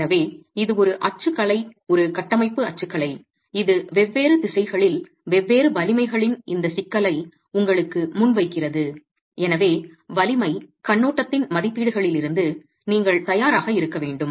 எனவே இது ஒரு அச்சுக்கலை ஒரு கட்டமைப்பு அச்சுக்கலை இது வெவ்வேறு திசைகளில் வெவ்வேறு வலிமைகளின் இந்த சிக்கலை உங்களுக்கு முன்வைக்கிறது எனவே வலிமை கண்ணோட்டத்தின் மதிப்பீடுகளிலிருந்து நீங்கள் தயாராக இருக்க வேண்டும்